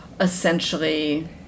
Essentially